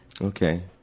Okay